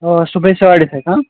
آ صُبحٲے ساڑِ سَتہِ